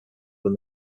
when